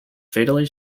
fatally